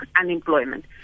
unemployment